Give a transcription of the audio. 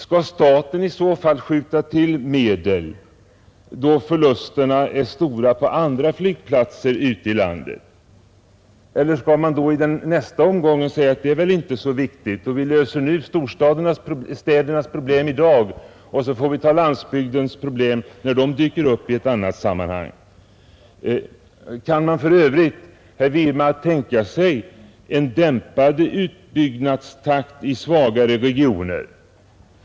Skall staten i så fall skjuta till medel då förlusterna är stora på andra flygplatser ute i landet? Eller skall man i nästa omgång säga: Det är väl inte så viktigt; vi löser storstädernas problem i dag, och så får vi ta landsbygdens problem när de dyker upp i ett annat sammanhang. Kan man för övrigt, herr Wirmark, tänka sig en dämpad utbyggnadstakt i svagare regioner?